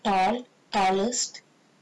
tall tallest